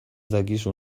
dakizu